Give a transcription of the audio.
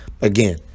again